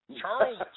Charles